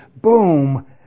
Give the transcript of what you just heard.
boom